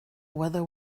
whether